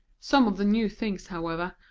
some of the new things, however,